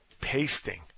pasting